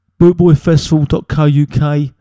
bootboyfestival.co.uk